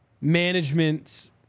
management